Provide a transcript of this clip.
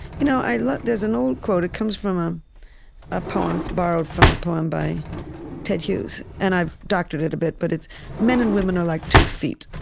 you know i love there's an old quote. it comes from um a poem. it's borrowed from a poem by ted hughes, and i've doctored it a bit. but it's men and women are like two feet.